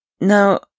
Now